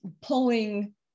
pulling